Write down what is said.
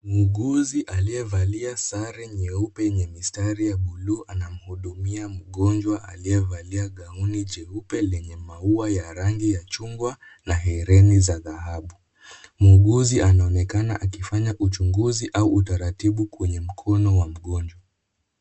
Muuguzi aliyevalia sare nyeupe yenye mistari ya buluu anamhudumia mgonjwa aliyevalia gauni jeupe lenye maua ya rangi ya chungwa na hereni za dhahabu. Muuguzi anaonekana akifanya uchunguzi au utaratibu kwenye mkono wa mgonjwa.